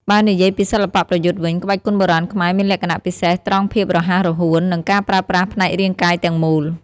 បើនិយាយពីសិល្បៈប្រយុទ្ធវិញ ក្បាច់គុនបុរាណខ្មែរមានលក្ខណៈពិសេសត្រង់ភាពរហ័សរហួន និងការប្រើប្រាស់ផ្នែករាងកាយទាំងមូល។